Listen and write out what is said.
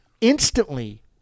instantly